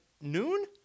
noon